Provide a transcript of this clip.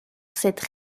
cette